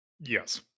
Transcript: Yes